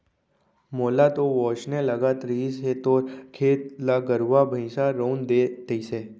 मोला तो वोसने लगत रहिस हे तोर खेत ल गरुवा भइंसा रउंद दे तइसे